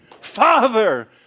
Father